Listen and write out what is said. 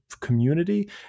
community